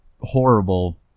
horrible